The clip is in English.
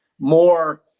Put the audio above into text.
more